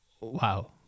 Wow